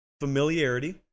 Familiarity